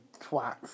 twats